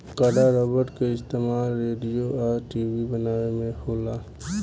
कड़ा रबड़ के इस्तमाल रेडिओ आ टी.वी बनावे में होला